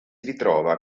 ritrova